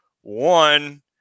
One